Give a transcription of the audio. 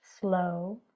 slow